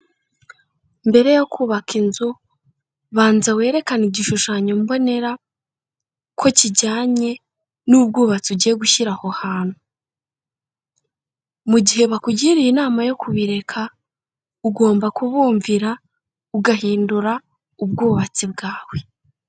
Mbere yo kubaka inzu banza werekane igishushanyo mbonera ko kijyanye n'ubwubatsi ugiye gushyira aho hantu. Mu gihe bakugiriye inama yo kubireka ugomba kubumvira ugahindura ubwubatsi bwawe.